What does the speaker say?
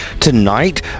Tonight